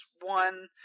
one